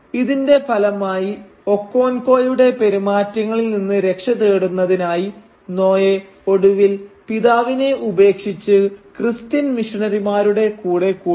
ഇതിന്റെ ഫലമായി ഒക്കോൻക്കോയുടെ പെരുമാറ്റങ്ങളിൽ നിന്ന് രക്ഷ തേടുന്നതിനായി നോയെ ഒടുവിൽ പിതാവിനെ ഉപേക്ഷിച്ചു ക്രിസ്ത്യൻ മിഷനറിമാരുടെ കൂടെ കൂടുന്നു